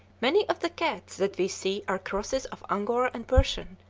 many of the cats that we see are crosses of angora and persian,